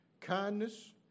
kindness